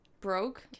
broke